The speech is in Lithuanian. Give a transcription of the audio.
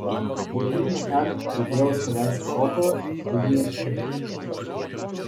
kaip tik nuo ten jo tėvas kadaise šoko į dūmijančią džiną